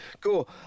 Cool